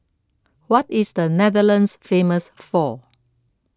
what is Netherlands famous for